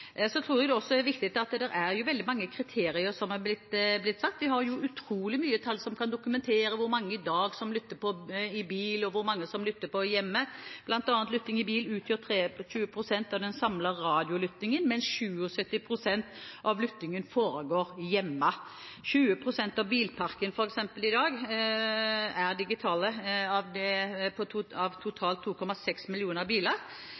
Så tror jeg også det er viktig at det er satt veldig mange kriterier. Vi har utrolig mange tall som kan dokumentere hvor mange som i dag lytter i bil, og hvor mange som lytter hjemme. Blant annet utgjør lytting i bil 23 pst. av den samlede radiolyttingen, mens 77 pst. av lyttingen foregår hjemme. 20 pst. av bilparken i dag er f.eks. digital – av totalt 2,6 millioner biler.